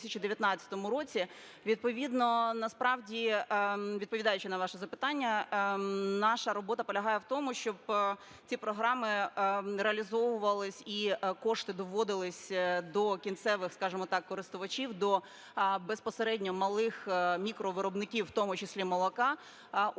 Відповідно насправді, відповідаючи на ваше запитання, наша робота полягає в тому, щоб ці програми реалізовувались і кошти доводились до кінцевих, скажемо так, користувачів, до безпосередньо малих мікровиробників, в тому числі молока, в